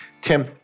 Tim